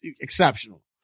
exceptional